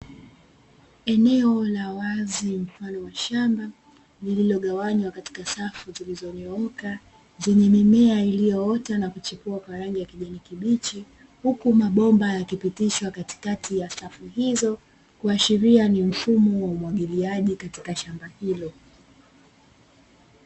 Eneo la wazi mfano wa shamba lililogawanywa katika safu zilizonyooka, zenye mimea iliyoota na kuchipua kwa rangi ya kijani kibichi, huku mabomba yakipitishwa katikati ya safu hizo kuashiria ni mfumo wa umwagiliaji katika shamba hilo.